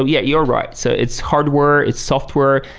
ah yeah, you're right. so it's hardware. it's software.